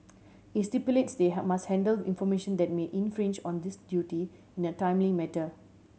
it stipulates they have must handle information that may infringe on this duty in a timely matter